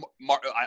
Mark